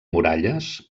muralles